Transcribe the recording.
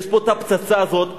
יש פה הפצצה הזאת.